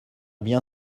bien